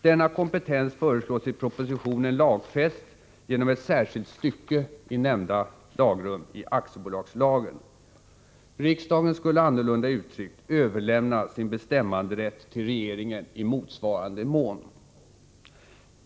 Denna kompetens föreslås i propositionen lagfäst genom ett särskilt stycke i nämnda lagrum i aktiebolagslagen. Riksdagen skulle annorlunda uttryckt överlämna sin bestämmanderätt till regeringen i motsvarande mån.